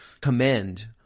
commend